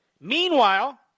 Meanwhile